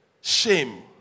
shame